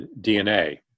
DNA